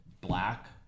black